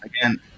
Again